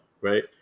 right